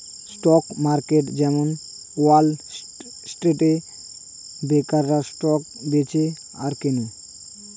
stock market যেমন wall স্ট্রিটে ব্রোকাররা স্টক বেচে আর কেনে